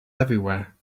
everywhere